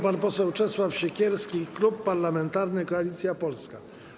Pan poseł Czesław Siekierski, Klub Parlamentarny Koalicja Polska.